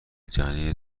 جنین